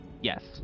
Yes